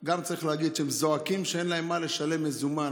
גם צריך להגיד שהם זועקים שאין להם מה לשלם במזומן.